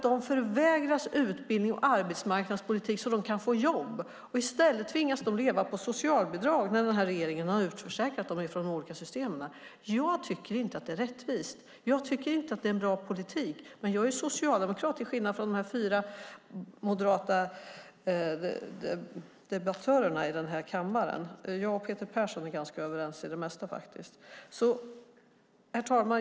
De förvägras utbildning och arbetsmarknadspolitik så att de kan få jobb och tvingas i stället leva på socialbidrag när denna regering har utförsäkrat dem från de olika systemen. Jag tycker inte att det är rättvist, och jag tycker inte att det är en bra politik. Jag är dock socialdemokrat, till skillnad från de fyra moderata debattörerna i denna kammare. Jag och Peter Persson är ganska överens i det mesta. Herr talman!